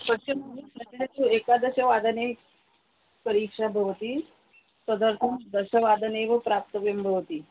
एकादशवादने परीक्षा भवति तदर्थं दशवादनेव प्राप्तव्यं भवति